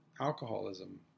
alcoholism